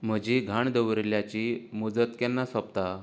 म्हजी घाण दवरिल्ल्याची मुजत केन्ना सोंपता